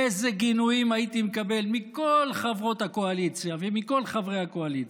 אילו גינויים הייתי מקבל מכל חברות הקואליציה ומכל חברי הקואליציה.